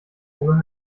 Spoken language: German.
ohne